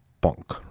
punk